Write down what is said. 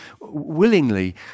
willingly